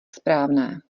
správné